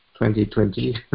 2020